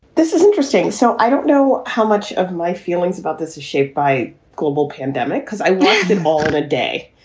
this is interesting. so i don't know how much of my feelings about this is shaped by global pandemic because i do it all in a day.